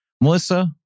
Melissa